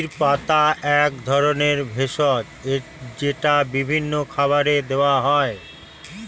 মেথির পাতা এক ধরনের ভেষজ যেটা বিভিন্ন খাবারে দেওয়া হয়